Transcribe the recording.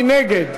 מי נגד?